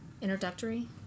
introductory